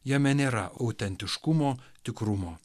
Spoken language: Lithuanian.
jame nėra autentiškumo tikrumo